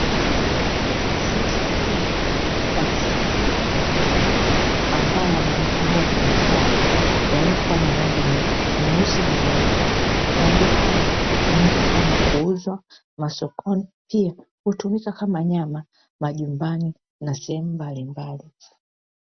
Zizi kubwa la kisasa la ng'ombe ambo wamejipanga kimstari, wenye rangi nyeusi na nyeupe. Ng'ombe hawa hutumika kuuzwa masokoni pia hutumika kama nyama majumbani.